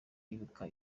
ibuka